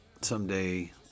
someday